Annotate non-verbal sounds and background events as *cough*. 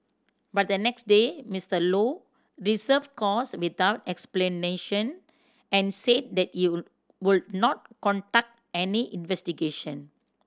but the next day Mister Low *unintelligible* course without explanation and said that he *unintelligible* would not conduct any investigation